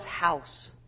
house